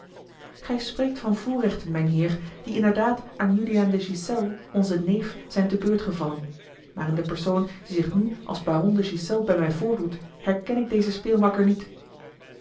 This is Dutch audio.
gij spreekt van voorrechten mijnheer die inderdaad aan juliaan de ghiselles onzen neef zijn te beurt gevallen maar in den persoon die zich nu als baron de ghiselles bij mij voordoet herken ik dezen speelmakker niet